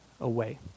away